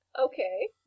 Okay